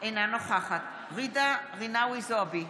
אינה נוכחת ג'ידא רינאוי זועבי,